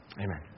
Amen